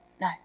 No